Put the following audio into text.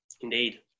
Indeed